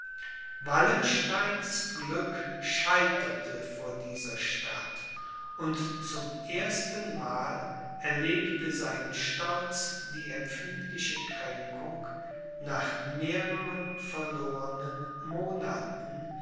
wallensteins glück scheiterte vor dieser stadt und zum erstenmal erlebte sein stolz die empfindliche kränkung nach mehreren verlornen monaten